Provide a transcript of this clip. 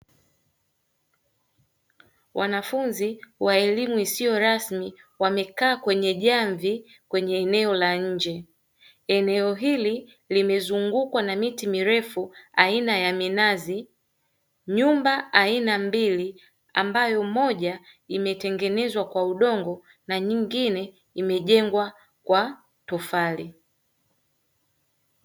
Wanafunzi wa elimu isiyo rasmi wamekaa kwenye jamvi kwenye eneo la nje. Eneo hili limezungukwa na miti mirefu aina ya minazi, nyumba aina mbili; ambayo moja imetengenezwa kwa udongo na nyingine imejengwa kwa tofali.